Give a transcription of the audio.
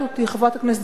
חברת הכנסת זוארץ,